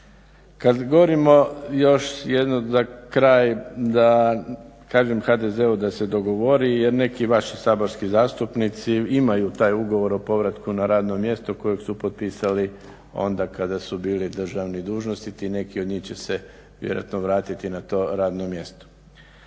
Kad govorimo još jednom za kraj da kažem HDZ-u da se dogovori jer neki vaši saborski zastupnici imaju taj ugovor o povratku na radno mjesto kojeg su potpisali onda kada su bili državni dužnosnici i neki od njih će se vjerojatno vratiti na to radno mjesto.